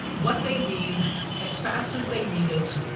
what they need as fast as they need it,